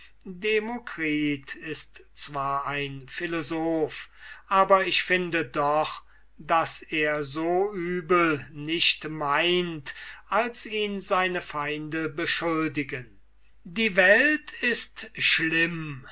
demokritus ist zwar ein philosoph aber ich finde doch daß er es so übel nicht meint als ihn seine feinde beschuldigen die welt ist schlimm